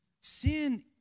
sin